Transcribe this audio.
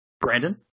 Brandon